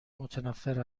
متنفر